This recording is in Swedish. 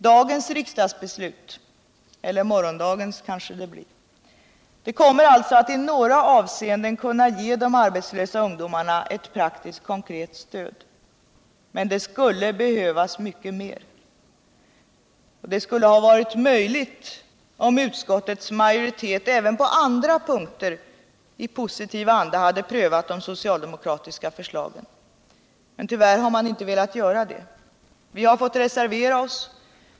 Dagens riksdagsbeslut — eller morgondagens - kommer alltså i några avseenden att kunna ge de arbetslösa ungdomarna ett praktiskt konkret stöd. Men det skulle behövas mycket mer. Det skulle ha varit möjligt om utskottets majoritet även på andra punkter i positiv anda hade prövat de soctaldemokratiska förslagen. Tyvärr har man inte velat göra detta. Vi har fått reservera oss.